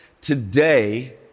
today